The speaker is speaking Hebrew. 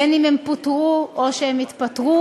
בין שפוטר בין שהתפטר,